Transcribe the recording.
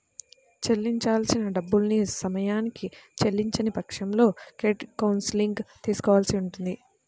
చెల్లించాల్సిన డబ్బుల్ని సమయానికి చెల్లించని పక్షంలో క్రెడిట్ కౌన్సిలింగ్ తీసుకోవాల్సి ఉంటది